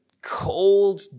Cold